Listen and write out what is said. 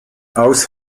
aus